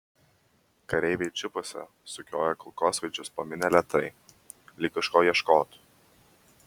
kareiviai džipuose sukioja kulkosvaidžius po minią lėtai lyg kažko ieškotų